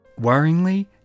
Worryingly